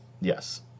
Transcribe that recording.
Yes